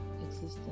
existence